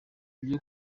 byo